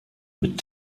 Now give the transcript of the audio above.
mit